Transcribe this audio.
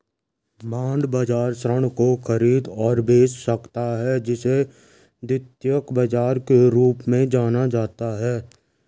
bond बाजार ऋण को खरीद और बेच सकता है जिसे द्वितीयक बाजार के रूप में जाना जाता है